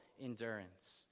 endurance